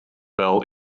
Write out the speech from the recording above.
fell